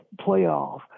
playoff